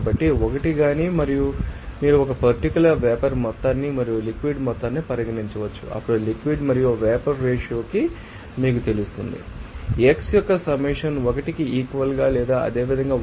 కాబట్టి 1 గాని మీరు ఒక పర్టిక్యూలర్ వేపర్ మొత్తాన్ని మరియు లిక్విడ్ మొత్తాన్ని పరిగణించవచ్చు అప్పుడు లిక్విడ్ మరియు వేపర్ రేషియో మీకు ఇస్తుంది ఈ xi యొక్క సమ్మషన్ 1 కి ఈక్వల్ లేదా అదేవిధంగా yi 1కాబట్టి దీని ఆధారంగా